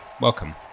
welcome